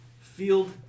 Field